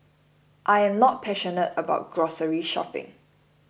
I am not passionate about grocery shopping